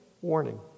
warning